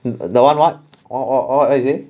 mm the one what what what is it